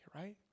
right